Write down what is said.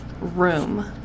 room